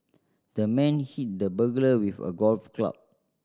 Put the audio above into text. the man hit the burglar with a golf club